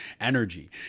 energy